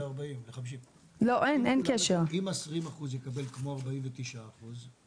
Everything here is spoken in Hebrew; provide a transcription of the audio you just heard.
--- אם ה-20 אחוז יקבל כמו ה-49 אחוז,